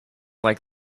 like